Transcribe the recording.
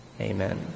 Amen